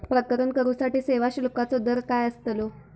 प्रकरण करूसाठी सेवा शुल्काचो दर काय अस्तलो?